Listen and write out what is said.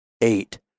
eight